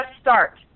start